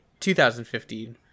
2015